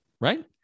right